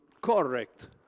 correct